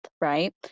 right